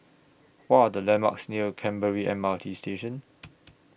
What Are The landmarks near Canberra M R T Station